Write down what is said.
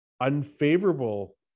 unfavorable